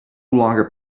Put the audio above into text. longer